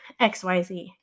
XYZ